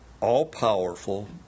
all-powerful